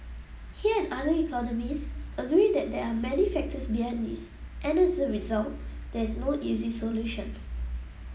he and other economists agree that there are many factors behind this and as a result there is no easy solution